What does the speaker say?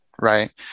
right